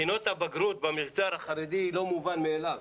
בחינות הבגרות במגזר החרדי, זה לא מובן מאליו.